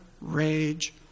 rage